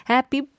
Happy